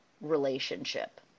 relationship